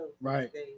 Right